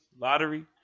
lottery